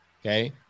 okay